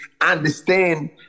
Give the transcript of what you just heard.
understand